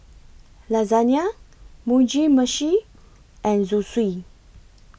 Lasagna Mugi Meshi and Zosui